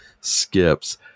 skips